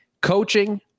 coaching